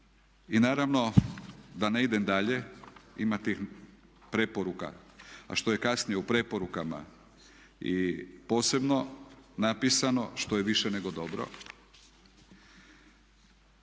I naravno da ne idem dalje ima tih preporuka, a što je kasnije u preporukama i posebno napisano što je više nego dobro